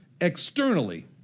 externally